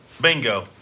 Bingo